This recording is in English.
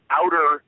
outer